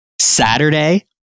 Saturday